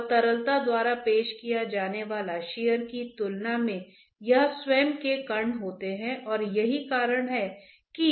तो एक pressure gradient होनी चाहिए अन्यथा कोई प्रवाह नहीं है